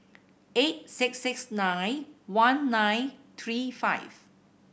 eight six six nine one nine three five